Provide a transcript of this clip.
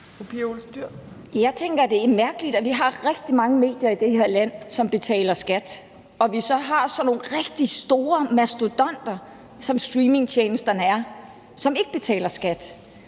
Jeg tænker, at det egentlig er mærkeligt, at vi har rigtig mange medier i det her land, som betaler skat, og at vi så har sådan nogle rigtig store mastodonter, som streamingtjenesterne er, som ikke betaler skat.